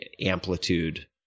amplitude